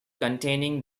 containing